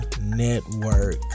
network